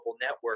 network